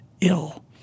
ill